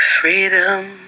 Freedom